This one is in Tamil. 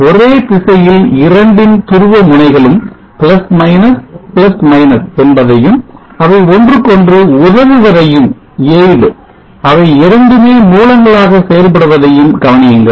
ஒரே திசையில் இரண்டின் துருவ முனைகளும் என்பதையும் அவை ஒன்றுக்கொன்று உதவுவதையும் அவை இரண்டுமே மூலங்களாக செயல்படுவதையும் கவனியுங்கள்